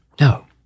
No